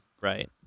Right